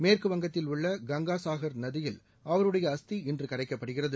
மேற்கு வங்கத்தில் உள்ள கங்கா சாஹர் நதியில் அவருடைய அஸ்தி இன்று கரைக்கப்படுகிறது